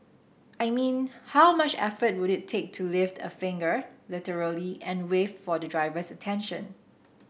I mean how much effort would it take you to lift a finger literally and wave for the driver's attention